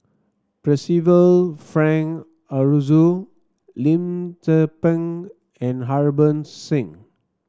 Percival Frank Aroozoo Lim Tze Peng and Harbans Singh